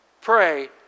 pray